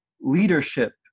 leadership